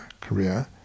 career